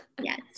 Yes